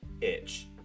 itch